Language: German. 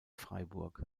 freiburg